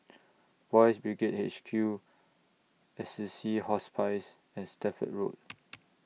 Boys' Brigade H Q Assisi Hospice and Stamford Road